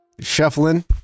shuffling